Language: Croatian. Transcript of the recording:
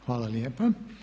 Hvala lijepa.